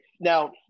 Now